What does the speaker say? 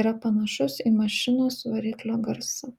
yra panašus į mašinos variklio garsą